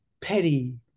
petty